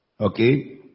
Okay